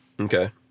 Okay